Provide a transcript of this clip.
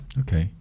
okay